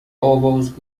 آواز